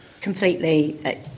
Completely